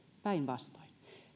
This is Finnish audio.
päinvastoin